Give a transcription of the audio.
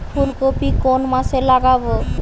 ফুলকপি কোন মাসে লাগাবো?